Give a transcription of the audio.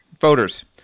Voters